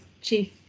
chief